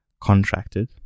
contracted